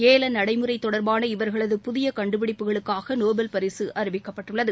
ஏல நடைமுறை தொடர்பான இவர்களது புதிய கண்டுபிடிப்புகளுக்காக நோபல் பரிசு அறிவிக்கப்பட்டுள்ளது